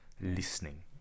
listening